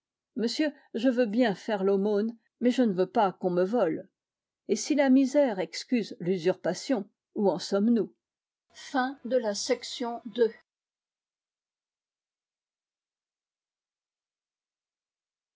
monsieur je veux bien faire l'aumône mais je ne veux pas qu'on me vole et si la misère excuse l'usurpation où en sommes-nous